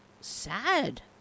sad